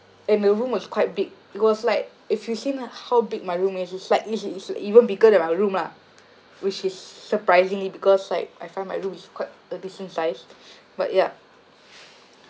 and the room was quite big it was like if you seen how big my room is it's slightly it's it's even bigger than my room lah which is surprisingly because like I find my room is quite a decent sized but ya